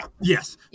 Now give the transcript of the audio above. yes